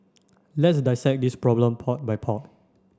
let's dissect this problem part by part